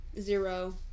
Zero